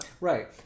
Right